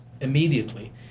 immediately